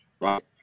Right